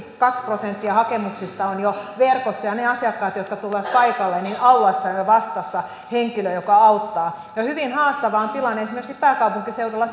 prosenttia hakemuksista on jo verkossa ja niille asiakkaille jotka tulevat paikalle aulassa on jo vastassa henkilö joka auttaa ja hyvin haastava on tilanne esimerkiksi pääkaupunkiseudulla